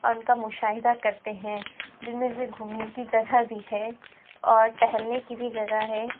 اور ان کا مشاہدہ کرتے ہیں جن میں سے گھومنے کی جگہ بھی ہے اور ٹہلنے کی بھی جگہ ہے